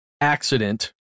accident